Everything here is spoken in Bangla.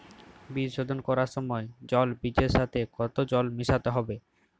বীজ শোধন করার সময় জল বীজের সাথে কতো জল মেশাতে হবে?